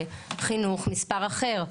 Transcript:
בחינוך זה מספר אחר,